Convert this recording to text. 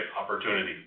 opportunity